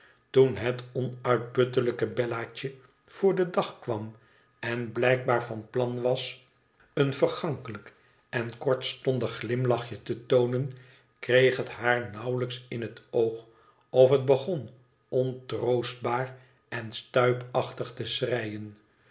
toen het onuitputtelijke bellaatje voor den dag kwam en blijkbaar van plan was een vergankelijk en kortstondig glimlachje te toonen kreeg het haar nauwelijks in het oog of het begon ontroostbaar en stuipachtig te schreien